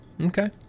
Okay